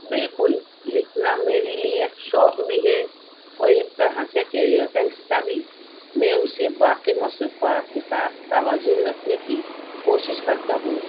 بالکل لکھنا میرے لیے ایک شوق بھی ہے اور ایک طرح سے کیریئر کا حصہ بھی میں اسے باقی مصروفیات کے ساتھ توازن رکھنے کی کوشش کرتا ہوں